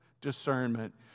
discernment